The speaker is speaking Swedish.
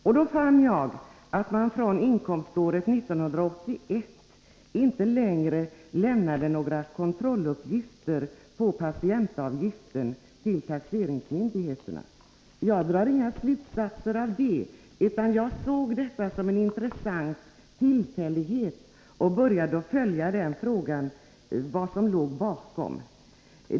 Jag fann att det fr.o.m. inkomståret 1981 inte längre var nödvändigt att till taxeringsmyndigheterna lämna kontrolluppgifter på patientavgifterna. Utan att dra några slutsatser av detta såg jag det som en intressant tillfällighet och började följa frågan och se vad som låg bakom.